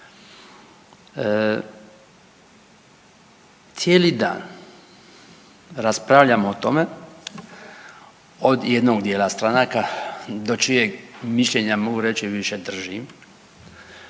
Cijeli dan raspravljamo o tome od jednog dijela stranaka do čijeg mišljenja mogu reći više držim